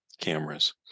cameras